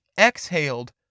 exhaled